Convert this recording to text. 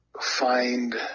find